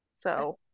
So-